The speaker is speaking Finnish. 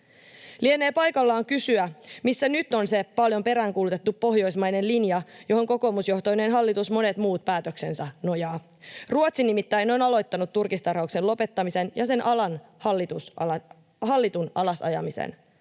Lienee paikallaan kysyä: missä nyt on se paljon peräänkuulutettu pohjoismainen linja, johon kokoomusjohtoinen hallitus monet muut päätöksensä nojaa? Ruotsi nimittäin on aloittanut turkistarhauksen lopettamisen ja sen alan hallitun alasajamisen.